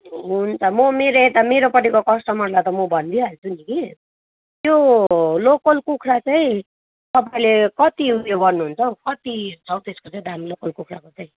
हुन्छ म मेरो यता मेरोपट्टिको कस्टमरलाई त म भनिदिई हाल्छु नि कि त्यो लोकल कुखुरा चाहिँ तपाईँले कत्ति उयो गर्नुहुन्छ हौ कत्ति छ हौ त्यसको चाहिँ दाम लोकल कुखुराको चाहिँ